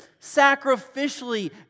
sacrificially